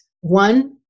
One